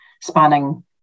spanning